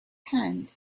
hand